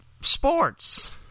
sports